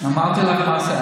אמרתי לך מה זה.